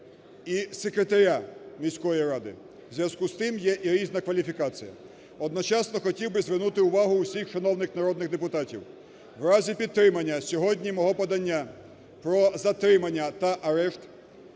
і секретаря міської ради, у зв'язку з тим є і різна кваліфікація. Одночасно хотів би звернути увагу всіх шановних народних депутатів, в разі підтримання сьогодні мого подання про затримання та арешт